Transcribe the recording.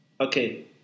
okay